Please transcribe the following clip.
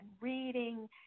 reading